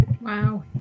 wow